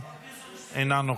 כל העולם אשם,